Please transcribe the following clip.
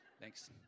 Thanks